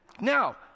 now